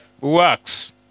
works